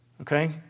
Okay